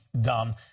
done